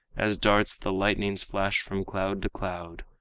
as darts the lightning's flash from cloud to cloud.